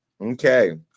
Okay